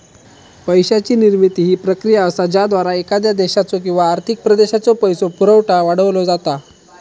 पैशाची निर्मिती ही प्रक्रिया असा ज्याद्वारा एखाद्या देशाचो किंवा आर्थिक प्रदेशाचो पैसो पुरवठा वाढवलो जाता